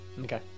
Okay